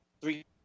three